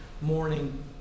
morning